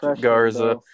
Garza